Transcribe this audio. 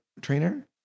trainer